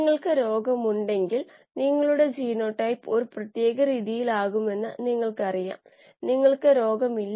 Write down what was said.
ഇത് ശക്തമായ ഒരു പദപ്രയോഗമാണ്